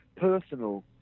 personal